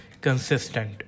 consistent